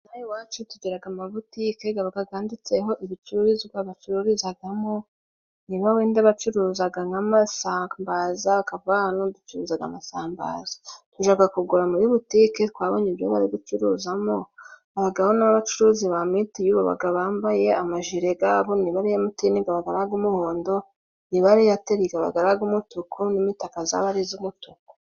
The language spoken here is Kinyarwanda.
Ino iwacu tugira amabutike yanditseho ibicuruzwa bacururizamo, ni niba wenda bacuruza nk'amasambaza hakaba handitse ngo hano ducuruza amasambaza, tujya kugura muri butike twabonye ibyo bari gucuruzamo. Habaho n'abacuruzi ba mitiyu baba bambaye amajire niba ari MTN aba ari ay'umuhondo niba ari Airtel aba ari ay'umutuku n'imitaka yabo ari iy'umutuku.